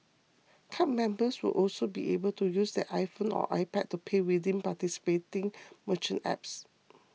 card members will also be able to use their iPhone or iPad to pay within participating merchant apps